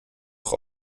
doch